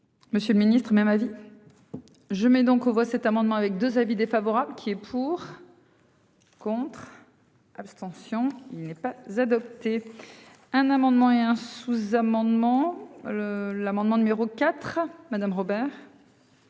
Monsieur le Ministre même avis. Je mets donc aux voix cet amendement avec 2 avis défavorable qui est pour. Contre. Abstention il n'est pas adopté. Un amendement et un sous-amendement le l'amendement numéro 4, madame Robert.